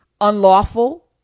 unlawful